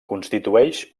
constitueix